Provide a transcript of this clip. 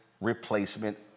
replacement